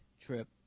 trip